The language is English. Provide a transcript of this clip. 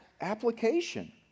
application